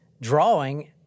drawing